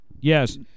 Yes